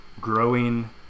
Growing